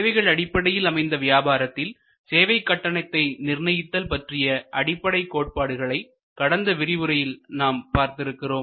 சேவைகள் அடிப்படையில் அமைந்த வியாபாரத்தில் சேவைக் கட்டணத்தை நிர்ணயித்தல் பற்றிய அடிப்படை கோட்பாடுகளை கடந்த விரிவுரையில் நாம் பார்த்து இருக்கிறோம்